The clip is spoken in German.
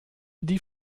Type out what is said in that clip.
die